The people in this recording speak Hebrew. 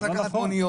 צריך לקחת מוניות,